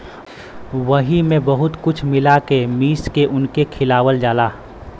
वही मे बहुत कुछ मिला के मीस के उनके खियावल जाला